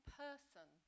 person